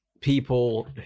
people